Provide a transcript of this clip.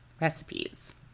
recipes